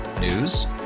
News